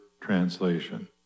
translation